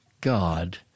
God